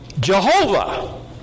Jehovah